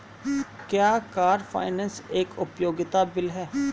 क्या car finance एक उपयोगिता बिल है?